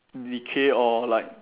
decay or like